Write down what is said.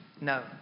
No